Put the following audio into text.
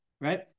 right